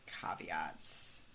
caveats